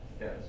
Yes